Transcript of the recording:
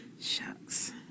Shucks